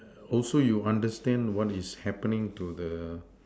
also you understand what is happening to the